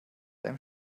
einem